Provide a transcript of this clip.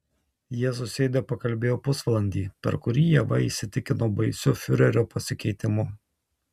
jie susėdę pakalbėjo pusvalandį per kurį ieva įsitikino baisiu fiurerio pasikeitimu